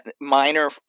minor